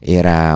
era